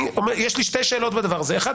יש לי שתי שאלות בדבר הזה: אחת,